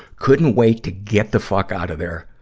couldn't wait to get the fuck outta there,